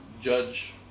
judge